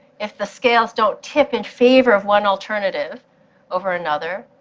if the scales don't tip in favor of one alternative over another,